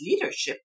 leadership